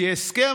כי הסכם,